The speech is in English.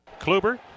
Kluber